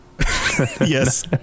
yes